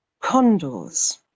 condors